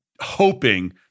Hoping